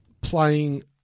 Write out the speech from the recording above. playing